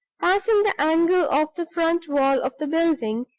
passing the angle of the front wall of the building,